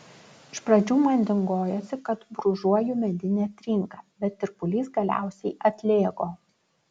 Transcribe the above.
iš pradžių man dingojosi kad brūžuoju medinę trinką bet tirpulys galiausiai atlėgo